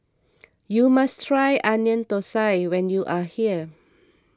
you must try Onion Thosai when you are here